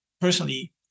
personally